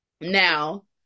now